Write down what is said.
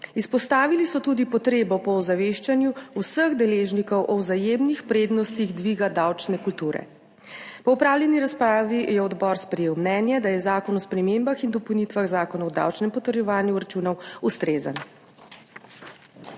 Izpostavili so tudi potrebo po ozaveščanju vseh deležnikov o vzajemnih prednostih dviga davčne kulture. Po opravljeni razpravi je odbor sprejel mnenje, da je Zakon o spremembah in dopolnitvah Zakona o davčnem potrjevanju računov ustrezen.